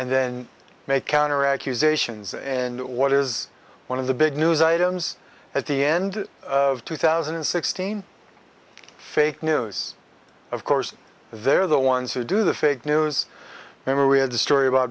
and then make counter accusations and what is one of the big news items at the end of two thousand and sixteen fake news of course they're the ones who do the fake news and we had a story about